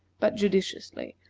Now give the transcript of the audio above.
but judiciously,